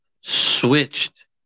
switched